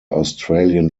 australian